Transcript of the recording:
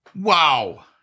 wow